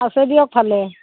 আছে দিয়ক ভালে